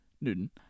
Newton